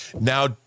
Now